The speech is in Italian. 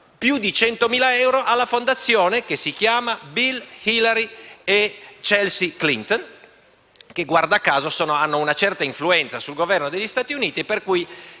più di 100.000 euro alla Fondazione che si chiama Bill, Hillary and Chelsea Clinton Foundation, che guarda caso ha una certa influenza sul Governo degli Stati Uniti, per cui